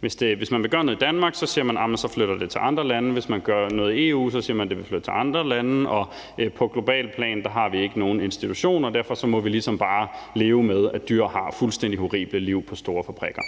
Hvis vi vil gøre noget i Danmark, siger man, at det flytter til andre lande, og hvis vi vil gøre noget i EU, siger man, at det vil flytte til andre lande, og på globalt plan har vi ikke nogen institutioner, og derfor må vi ligesom bare leve med, at dyr har fuldstændig horrible liv på store fabrikker.